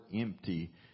empty